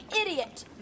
idiot